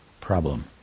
problem